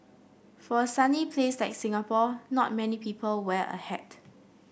for a sunny place like Singapore not many people wear a hat